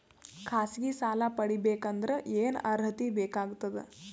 ಖಾಸಗಿ ಸಾಲ ಪಡಿಬೇಕಂದರ ಏನ್ ಅರ್ಹತಿ ಬೇಕಾಗತದ?